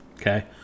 okay